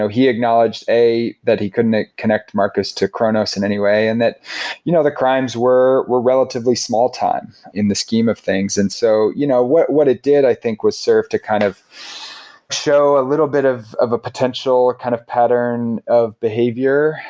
so he acknowledged a, that he couldn't connect marcus to kronos in any way. and that you know the crimes were were relatively small time in the scheme of things and so you know what what it did, i think was served to kind of show a little bit of a potential kind of pattern of behavior,